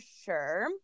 sure